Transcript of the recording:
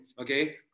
okay